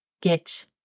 get